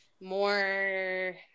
more